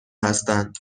هستند